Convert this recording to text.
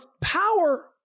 power